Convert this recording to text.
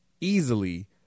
Easily